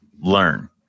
learn